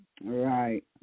Right